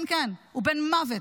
כן כן,